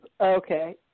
Okay